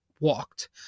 walked